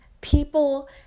people